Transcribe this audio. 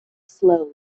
slowly